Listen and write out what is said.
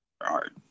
art